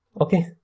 Okay